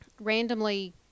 randomly